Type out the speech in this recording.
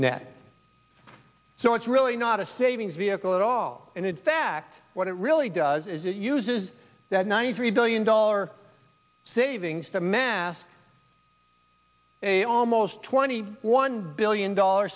net so it's really not a savings vehicle at all and in fact what it really does is it uses that ninety three billion dollar savings to mask a almost twenty one billion dollar